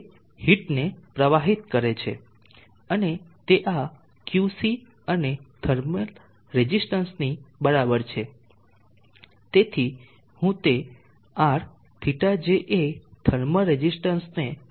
જે હીટને પ્રવાહિત કરે છે અને તે આ QC અને થર્મલ રેઝીસ્ટન્સની બરાબર છે તેથી હું તે RθJA થર્મલ રેઝિસ્ટન્સને QC કહીશ